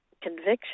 conviction